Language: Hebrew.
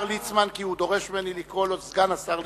ליצמן, כי הוא דורש ממני לקרוא לו סגן השר ליצמן,